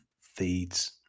feeds